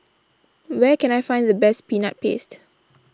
where can I find the best Peanut Paste